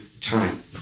time